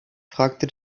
fragte